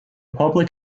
public